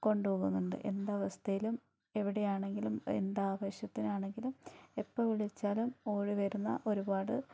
കൊണ്ടുപോകുന്നുണ്ട് എവിടെ ആണെങ്കിലും എന്താവശ്യത്തിനാണെങ്കിലും എപ്പോ വിളിച്ചാലും ഓടി വരുന്ന ഒരുപാട്